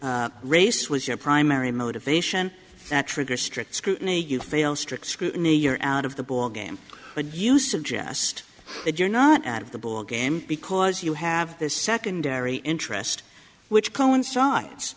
race was your primary motivation that trigger strict scrutiny you fail strict scrutiny you're out of the ball game would you suggest that you're not out of the ball game because you have this secondary interest which coincides